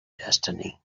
destiny